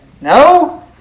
No